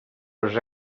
els